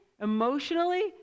emotionally